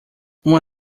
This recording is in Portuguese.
uma